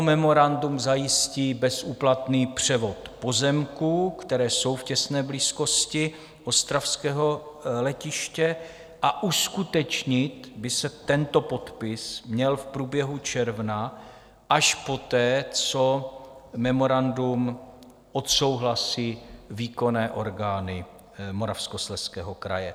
Memorandum zajistí bezúplatný převod pozemků, které jsou v těsné blízkosti ostravského letiště, a uskutečnit by se tento podpis měl v průběhu června, až poté, co memorandum odsouhlasí výkonné orgány Moravskoslezského kraje.